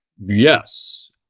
Yes